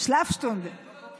שלאף שטונדה, שלאף שטונדה.